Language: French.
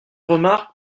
remarque